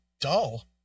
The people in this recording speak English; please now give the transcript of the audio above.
dull